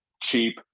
cheap